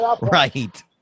right